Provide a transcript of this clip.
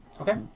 Okay